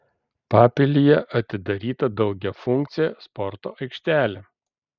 papilyje atidaryta daugiafunkcė sporto aikštelė